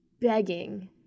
begging